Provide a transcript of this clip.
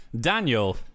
Daniel